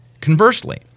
Conversely